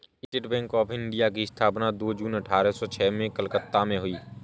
state Bank of India की स्थापना दो जून अठारह सो छह में कलकत्ता में हुई